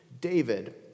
David